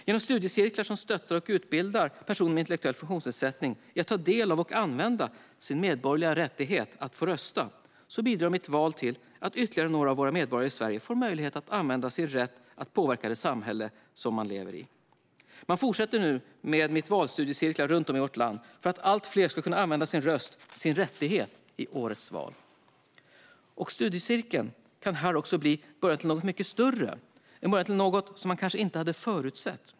Genom studiecirklar som stöttar och utbildar personer med intellektuell funktionsnedsättning i att ta del av och använda sin medborgerliga rättighet att rösta bidrar Mitt val till att ytterligare några av våra medborgare i Sverige får möjlighet att använda sin rätt att påverka det samhälle vi lever i. Man fortsätter nu med Mitt val-studiecirklar runt om i vårt land för att allt fler ska kunna använda sin röst, sin rättighet, i årets val. Studiecirkeln kan här också bli början till något mycket större, en början till något som man kanske inte hade förutsett.